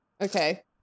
Okay